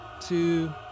two